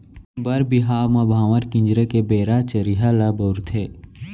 बर बिहाव म भांवर किंजरे के बेरा चरिहा ल बउरथे